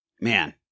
Man